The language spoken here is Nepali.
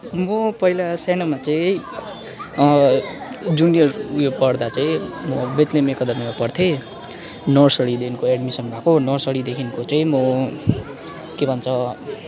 म पहिला सानोमा चाहिँ जुनियर उयो पढदा चाहिँ म बेथलेहेम एकाडमीमा पढ्थे नर्सरीदेखिको एड्मिसन भएको नर्सरीदेखिको चाहिँ म के भन्छ